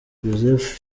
joseph